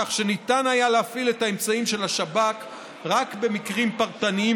כך שניתן היה להפעיל את האמצעים של השב"כ רק במקרים פרטניים